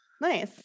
Nice